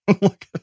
Look